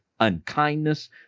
Unkindness